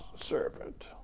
servant